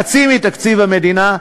חצי מתקציב המדינה,